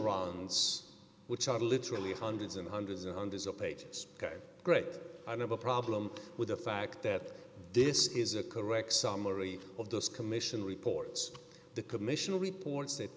runs which are literally hundreds and hundreds and hundreds of pages great i have a problem with the fact that this is a correct summary of those commission reports the commission reports that